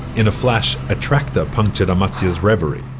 in a flash, a tractor punctured amatzia's reverie.